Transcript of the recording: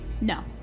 No